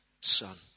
son